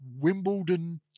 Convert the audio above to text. Wimbledon